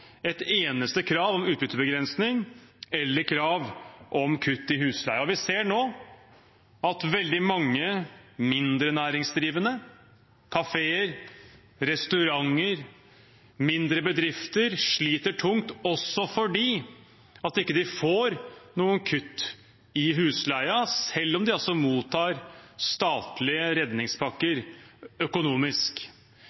et eneste krav om utbyttebegrensning eller krav om kutt i husleien. Vi ser nå at veldig mange mindre næringsdrivende – kafeer, restauranter, mindre bedrifter – sliter tungt, også fordi de ikke får noe kutt i husleien selv om de mottar statlige redningspakker